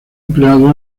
empleado